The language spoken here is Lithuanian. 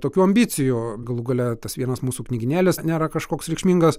tokių ambicijų galų gale tas vienas mūsų knygynėlis nėra kažkoks reikšmingas